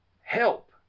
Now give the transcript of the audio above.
help